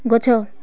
ଗଛ